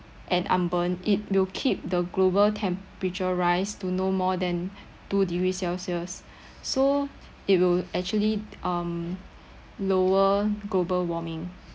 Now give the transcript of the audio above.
an unburned it will keep the global temperature rise to no more than two-degree celsius so it will actually um lower global warming